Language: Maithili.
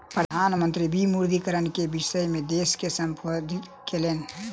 प्रधान मंत्री विमुद्रीकरण के विषय में देश के सम्बोधित कयलैन